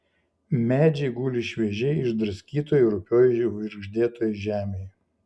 medžiai guli šviežiai išdraskytoj rupioj žvirgždėtoj žemėj